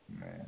Man